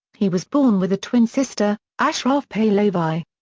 he was born with a twin sister, ashraf pahlavi.